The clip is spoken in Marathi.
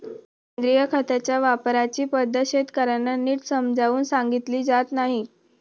सेंद्रिय खताच्या वापराची पद्धत शेतकर्यांना नीट समजावून सांगितली जात नाही